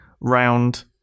round